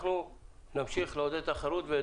אנחנו נמשיך לעודד תחרות.